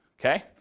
Okay